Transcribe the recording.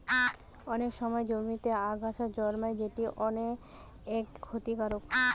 অনেক সময় জমিতে আগাছা জন্মায় যেটি অনেক ক্ষতিকারক